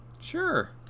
Sure